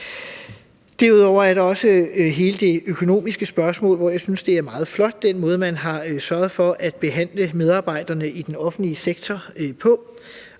Derudover er der hele det økonomiske spørgsmål. Jeg synes, at den måde, man har sørget for at behandle medarbejderne i den offentlige sektor på,